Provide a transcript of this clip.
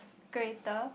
greater